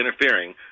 interfering